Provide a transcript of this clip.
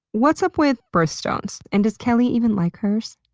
what's up with birthstones? and does kelly even like hers?